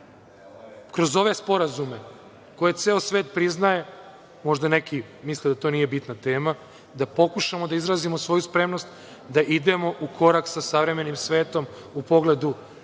kroz ove sporazume, koje ceo svet priznaje, možda neki misle da to nije bitna tema, da pokušamo da izrazimo svoju spremnost da idemo u korak sa savremenim svetom u pogledu